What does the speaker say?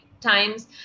times